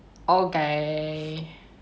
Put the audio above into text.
okay